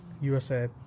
USA